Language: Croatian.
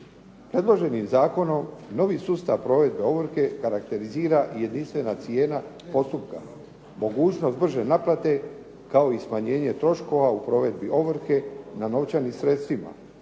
Predloženi zakon novi sustav provedbe ovrhe karakterizira i jedinstvena cijena postupka. Mogućnost brže naplate kao i smanjenje troškova u provedbi ovrhe na novčanim sredstvima,